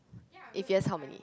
if yes how many